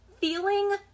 feeling